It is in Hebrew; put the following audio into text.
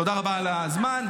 תודה רבה על הזמן,